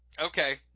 Okay